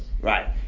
Right